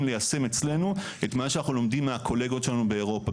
ליישם אצלנו את מה שאנחנו לומדים מהקולגות שלנו באירופה,